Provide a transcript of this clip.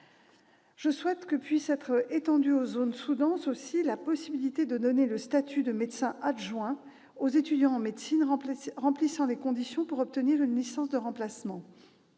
Je souhaite que puisse être étendue aux zones sous-denses la possibilité de donner le statut de médecin adjoint aux étudiants en médecine remplissant les conditions pour obtenir une licence de remplacement.